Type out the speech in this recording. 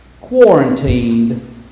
Quarantined